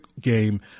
game